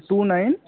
two nine